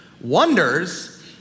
Wonders